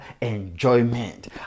enjoyment